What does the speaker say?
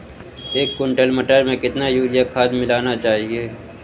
एक कुंटल मटर में कितना यूरिया खाद मिलाना चाहिए?